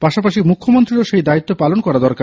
পাশাপাশি মুখ্যমন্ত্রীরও সেই দায়িত্ব পালন করা দরকার